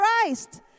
Christ